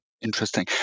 Interesting